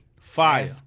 Fire